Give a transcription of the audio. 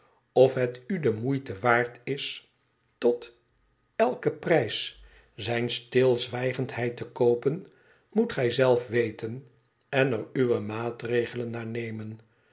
of het u de moeite waard is tot eiken prijs zijne stilzwijgendheid te koopen moet gij zelf weten en er uwe maatregelen naar nemen